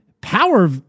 power